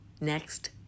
Next